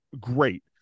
great